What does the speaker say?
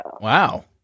Wow